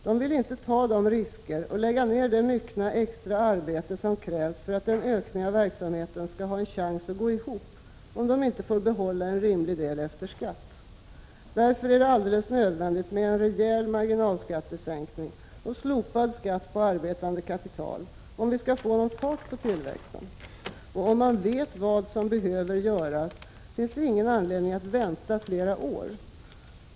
De vill inte ta de risker och lägga ned det myckna extra arbete som krävs för att en ökning av verksamheten skall ha en chans att gå ihop, om de inte får behålla en rimlig del efter skatt. Därför är det alldeles nödvändigt med en rejäl marginalskattesänkning och slopad skatt på arbetande kapital, om vi skall få någon fart på tillväxten. Om man vet vad som behöver göras finns det ju ingen anledning att vänta flera år.